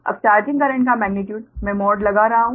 अब charging current का magnitude मैं mod लगा रहा हूँ